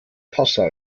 passau